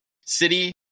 city